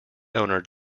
owner